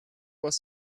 was